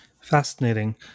Fascinating